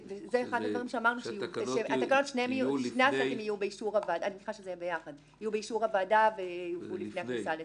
שני הסטים יהיו באישור הוועדה ויובאו לפני הכניסה לתוקף.